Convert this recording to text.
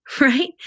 Right